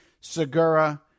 Segura